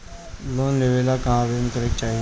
Loan लेवे ला कहाँ आवेदन करे के चाही?